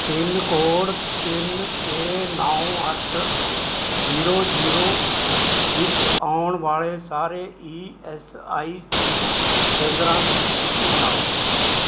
pin code ਤਿੰਨ ਛੇ ਨੌ ਅੱਠ ਜੀਰੋ ਜੀਰੋ ਵਿੱਚ ਆਉਣ ਵਾਲ਼ੇ ਸਾਰੇ ਈ ਐੱਸ ਆਈ ਸੀ ਕੇਂਦਰਾਂ ਦੀ ਸੂਚੀ ਬਣਾਓ